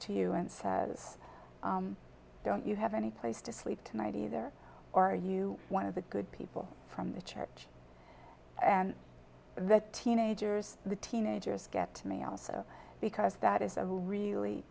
to you and says don't you have any place to sleep tonight either or are you one of the good people from the church and the teenagers the teenagers get to me also because that is a really